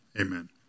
amen